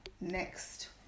next